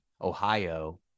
Ohio